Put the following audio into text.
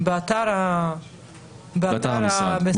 באתר המשרד.